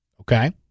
Okay